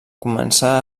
començà